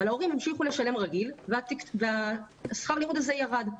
אבל ההורים המשיכו לשלם רגיל ושכר הלימוד הזה ירד,